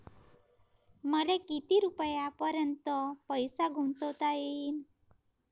मले किती रुपयापर्यंत पैसा गुंतवता येईन?